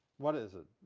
what is it?